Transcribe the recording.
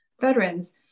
veterans